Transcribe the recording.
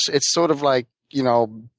it's sort of like you know